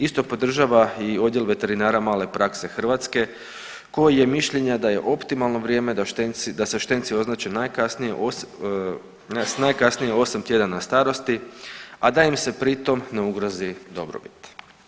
Isto podržava i Odjel veterinara male prakse Hrvatske koji je mišljenja da je optimalno vrijeme da štenci, da se štenci označe najkasnije, s najkasnije 8 tjedana starosti, a da im se pri tom ne ugrozi dobrobit.